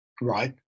Right